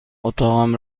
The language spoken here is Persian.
اتاقم